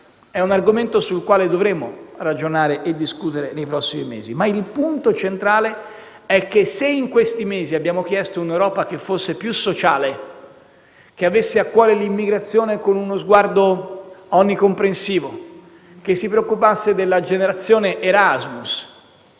È un argomento sul quale dovremo ragionare e discutere nei prossimi mesi. Il punto centrale però è che se in questi mesi abbiamo chiesto un'Europa che fosse più sociale, che avesse a cuore l'immigrazione con uno sguardo onnicomprensivo, che si preoccupasse della generazione Erasmus,